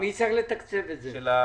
מי צריך לתקצב את זה?